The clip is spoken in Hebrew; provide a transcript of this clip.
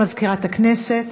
הודעה למזכירת הכנסת.